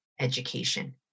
education